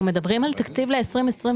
אנחנו מדברים על תקציב ל-2024,